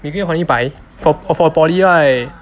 每个月还一百 for for poly right